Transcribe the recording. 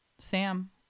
Sam